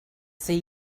see